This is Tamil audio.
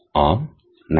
ஆம் நன்று